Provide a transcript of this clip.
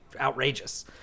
outrageous